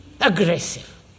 aggressive